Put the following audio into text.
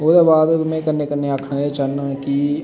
ओह्दे बाद में कन्नै कन्नै आखना एह् चाह्न्ना ऐ कि